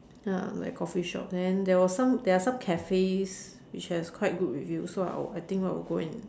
uh like coffee shops and then were some there are some cafes which has quite good reviews so I will I think I will go and